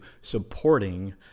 supporting